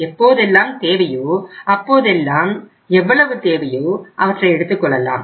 எப்போதெல்லாம் தேவையோ அப்போதெல்லாம் எவ்வளவு தேவையோ அவற்றை எடுத்துக் கொள்ளலாம்